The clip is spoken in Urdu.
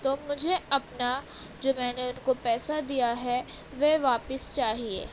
تو مجھے اپنا جو میں نے ان کو پیسہ دیا ہے وہ واپس چاہیے